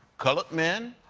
colored men,